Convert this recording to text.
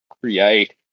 create